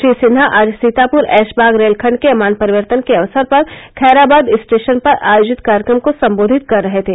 श्री सिन्हा आज सीतापुर ऐशबाग रेलखण्ड के अमान परिवर्तन के अवसर पर खैराबाद स्टेशन पर आयोजित कार्यक्रम को सम्बोधित कर रहे थे